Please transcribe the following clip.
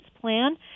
plan